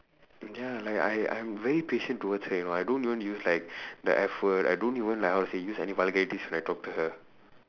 and ya like I I am very patient towards her you know I don't even use like the F word I don't even like how to say use any vulgarities when I talk to her